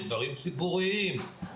בדברים ציבוריים.